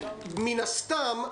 מן הסתם,